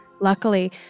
Luckily